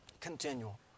Continual